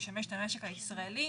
ישמש את המשק הישראלי,